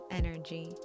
energy